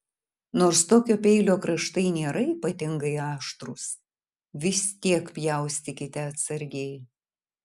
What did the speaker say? nors tokio peilio kraštai nėra ypatingai aštrūs vis tiek pjaustykite atsargiai